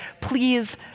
please